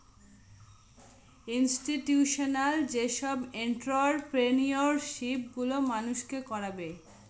institutional যেসব entrepreneurship গুলো মানুষকে করাবে